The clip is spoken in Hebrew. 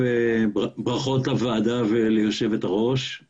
ברכות ליושבת ראש הוועדה ולוועדה.